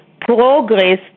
progress